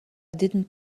didn’t